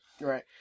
Right